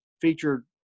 featured